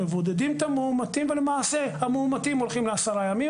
מבודדים את המאומתים ולמעשה המאומתים הולכים לעשרה ימים